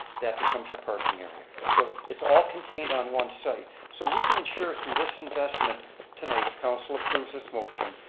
that becomes your parking area. so it's all contained on one site. so we can ensure through this investment tonight, if council approves this motion,